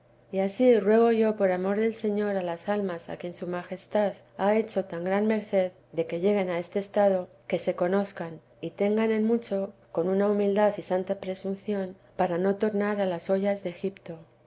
y ansí ruego yo por amor del señor a las almas a quien su majestad ha hecho tan gran merced de que lleguen a este estado que se conozcan y tengan en mucho con una humilde y santa presunción para no tornar a las ollas de egipto